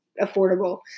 affordable